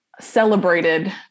celebrated